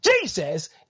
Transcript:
Jesus